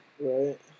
Right